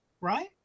Right